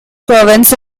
province